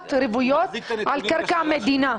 שכונות רוויות על קרקע מדינה?